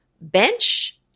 bench